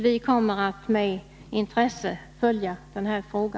Vi kommer att med intresse följa denna fråga.